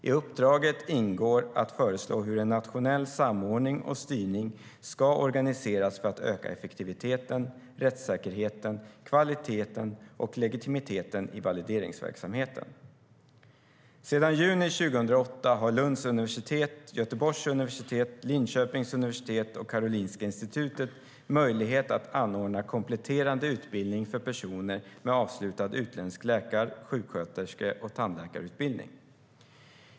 I uppdraget ingår att föreslå hur en nationell samordning och styrning ska organiseras för att öka effektiviteten, rättssäkerheten, kvaliteten och legitimiteten i valideringsverksamheten. Sedan juni 2008 har Lunds universitet, Göteborgs universitet, Linköpings universitet och Karolinska Institutet möjlighet att anordna kompletterande utbildning för personer med avslutad utländsk läkar, sjuksköterske och tandläkarutbildning.